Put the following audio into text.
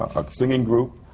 a singing group,